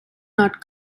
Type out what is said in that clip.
not